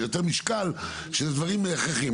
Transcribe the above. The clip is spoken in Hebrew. ויותר משקל של דברים הכרחיים.